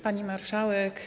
Pani Marszałek!